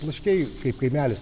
plaškiai kaip kaimelis